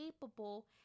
capable